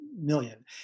million